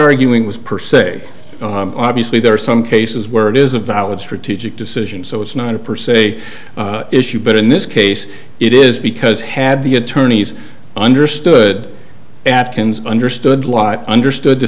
arguing with per se obviously there are some cases where it is a valid strategic decision so it's not to pursue a issue but in this case it is because had the attorneys understood atkins understood law understood the